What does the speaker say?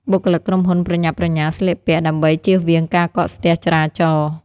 បុគ្គលិកក្រុមហ៊ុនប្រញាប់ប្រញាល់ស្លៀកពាក់ ដើម្បីជៀសវាងការកកស្ទះចរាចរណ៍។